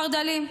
חרד"לי,